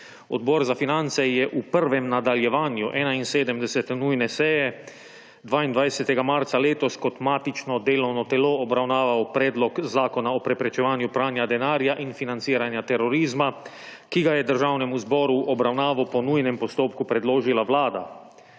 Odbor za finance je v prvem nadaljevanju 71. nujne seje 22. marca letos kot matično delovno telo obravnaval Predlog zakona o preprečevanju pranja denarja in financiranja terorizma, ki ga je Državnemu zboru v obravnavo po nujnem postopku predložila Vlada.